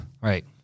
Right